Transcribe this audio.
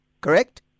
Correct